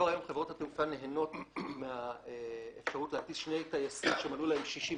כבר היום חברות התעופה נהנות מהאפשרות להטיס שני טייסים שמלאו להם 60,